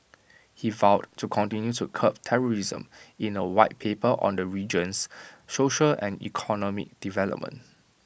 he vowed to continue to curb terrorism in A White Paper on the region's social and economic development